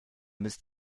müsst